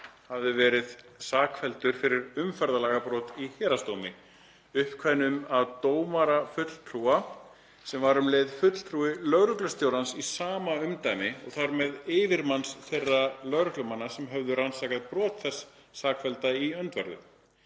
hafði verið sakfelldur fyrir umferðarlagabrot í héraðsdómi, uppkveðnum af dómarafulltrúa sem var um leið fulltrúi lögreglustjórans í sama umdæmi og þar með yfirmanns þeirra lögreglumanna sem höfðu rannsakað brot þess sakfellda í öndverðu.